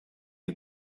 you